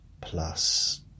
plus